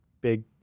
big